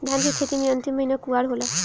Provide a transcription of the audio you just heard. धान के खेती मे अन्तिम महीना कुवार होला?